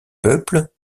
peuple